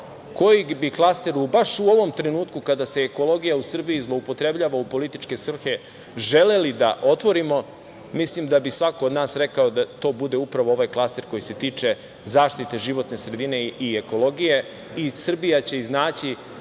koji bi klaster baš u ovom trenutku kada se ekologija u Srbiji zloupotrebljava u političke svrhe želeli da otvorimo, mislim da bi svako od nas rekao da to bude upravo ovaj klaster koji se tiče zaštite životne sredine i ekologije. Srbija će iznaći